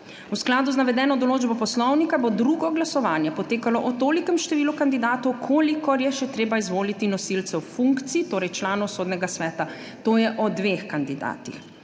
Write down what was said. V skladu z navedeno določbo poslovnika bo drugo glasovanje potekalo o tolikem številu kandidatov, kolikor je še treba izvoliti nosilcev funkcij, torej članov Sodnega sveta, to je o dveh kandidatih.